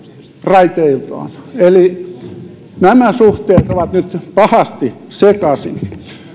raiteiltaan eli nämä suhteet ovat nyt pahasti sekaisin